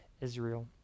Israel